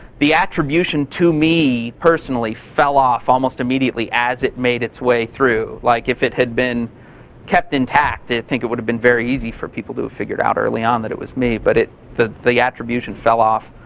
the attribution to me, personally, fell off almost immediately as it made its way through. like, if it had been kept intact, i think it would have been very easy for people to have figured out early on that it was me. but the the attribution fell off,